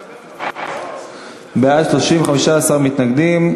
בעד, 30, 15 מתנגדים.